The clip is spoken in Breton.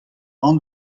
ran